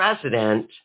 president